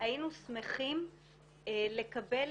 היינו שמחים לקבל,